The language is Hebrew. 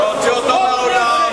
להוציא אותו מהאולם.